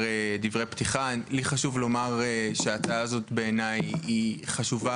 חשוב לי לומר שההצעה הזאת בעיניי חשובה